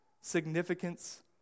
significance